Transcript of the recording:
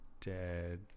dead